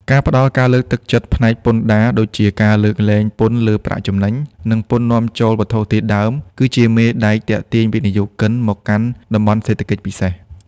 ការផ្ដល់ការលើកទឹកចិត្តផ្នែកពន្ធដារ ដូចជាការលើកលែងពន្ធលើប្រាក់ចំណេញ និងពន្ធនាំចូលវត្ថុធាតុដើម គឺជាមេដែកទាក់ទាញវិនិយោគិនមកកាន់ តំបន់សេដ្ឋកិច្ចពិសេស។